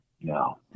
No